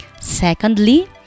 Secondly